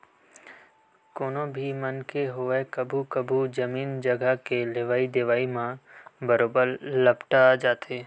कोनो भी मनखे होवय कभू कभू जमीन जघा के लेवई देवई म बरोबर लपटा जाथे